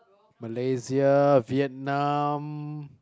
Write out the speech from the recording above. Malaysia Vietnam